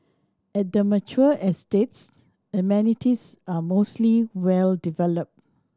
at the mature estates amenities are mostly well developed